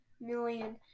million